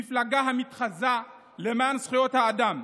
מפלגה המתחזה למען זכויות האדם,